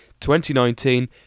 2019